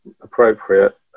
appropriate